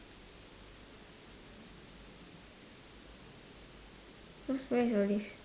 !huh! where is all this